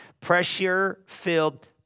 Pressure-filled